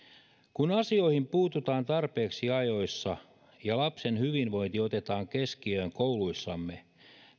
kun asioihin puututaan tarpeeksi ajoissa ja lapsen hyvinvointi otetaan keskiöön kouluissamme